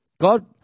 God